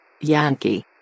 Yankee